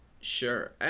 Sure